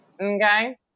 Okay